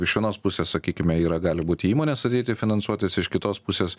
iš vienos pusės sakykime yra gali būti įmonės ateiti finansuotis iš kitos pusės